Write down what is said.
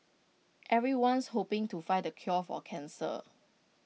everyone's hoping to find the cure for cancer